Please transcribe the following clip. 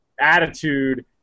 attitude